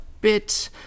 bit